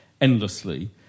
endlessly